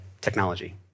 technology